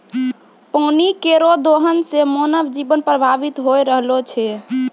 पानी केरो दोहन सें मानव जीवन प्रभावित होय रहलो छै